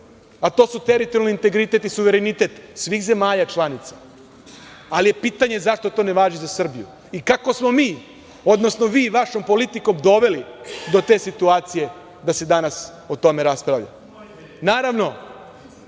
a to su teritorijalni integritet i suverenitet svih zemalja članica, ali je pitanje zašto to ne važi za Srbiju i kako smo mi, odnosno vi vašom politikom doveli do te situacije da se danas o tome raspravlja. Naravno,